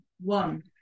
one